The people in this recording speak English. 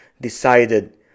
decided